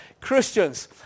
Christians